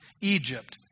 Egypt